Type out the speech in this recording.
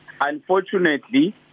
Unfortunately